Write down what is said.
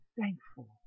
thankful